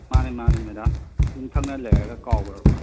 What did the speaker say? ꯃꯥꯅꯦ ꯃꯥꯅꯦ ꯃꯦꯗꯥꯝ ꯌꯨꯝꯊꯪꯅ ꯂꯩꯔꯒ ꯀꯥꯎꯈ꯭ꯔꯕꯣ